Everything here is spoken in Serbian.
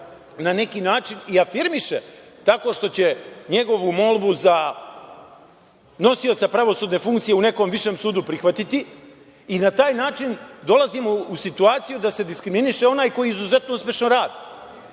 na neki način i afirmiše, tako što će njegovu molbu za nosioca pravosudne funkcije u nekom višem sudu prihvatiti, i na taj način dolazimo u situaciju da se diskriminiše onaj koji izuzetno uspešno